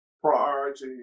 priority